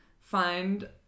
find